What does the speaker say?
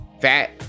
fat